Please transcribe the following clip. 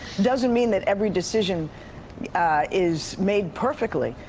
doesn't mean that every decision is made perfectly.